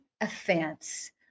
offense